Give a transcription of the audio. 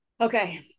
okay